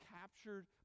captured